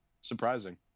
surprising